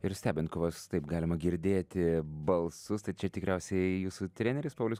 ir stebint kovas taip galima girdėti balsus tai čia tikriausiai jūsų treneris paulius